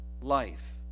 life